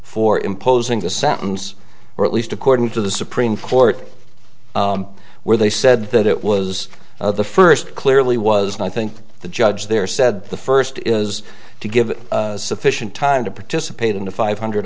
for imposing the sentence or at least according to the supreme court where they said that it was the first clearly was and i think the judge there said the first is to give sufficient time to participate in the five hundred